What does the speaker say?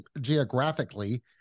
geographically